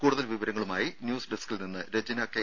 കൂടുതൽ വിവരങ്ങളുമായി ന്യൂസ് ഡെസ്കിൽ നിന്ന് രജ്ന കെ